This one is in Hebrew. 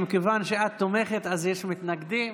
ומכיוון שאת תומכת, אז יש מתנגדים.